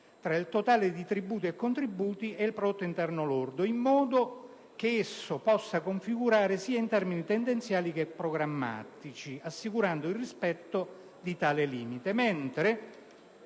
tra il totale di tributi e contributi e il prodotto interno lordo, in modo che esso possa configurarsi sia in termini tendenziali che programmatici, assicurando il rispetto di tale limite.